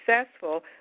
successful